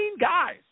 guys